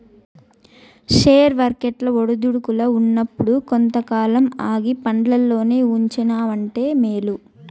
share వర్కెట్లు ఒడిదుడుకుల్ల ఉన్నప్పుడు కొంతకాలం ఆగి పండ్లల్లోనే ఉంచినావంటే మేలు